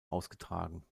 ausgetragen